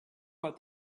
what